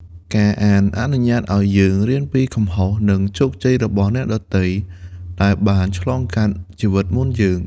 ការអានអនុញ្ញាតឱ្យយើង រៀនពីកំហុស និងជោគជ័យរបស់អ្នកដទៃ ដែលបានឆ្លងកាត់ជីវិតមុនយើង។